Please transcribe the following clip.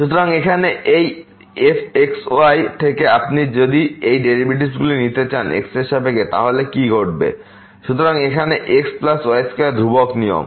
সুতরাং এখানে থেকে এই fxy থেকে আপনি যদি এই ডেরিভেটিভ নিতে চান x এর সাপেক্ষে তাহলে কি ঘটবে সুতরাং এখানে xy2 ধ্রুবক নিয়ম